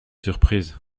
surprise